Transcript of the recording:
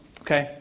okay